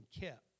kept